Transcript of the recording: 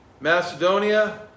Macedonia